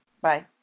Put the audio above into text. Bye